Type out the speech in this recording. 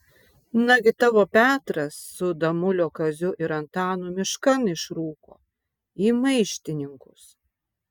nagi tavo petras su damulio kaziu ir antanu miškan išrūko į maištininkus